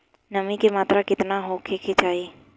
नमी के मात्रा केतना होखे के चाही?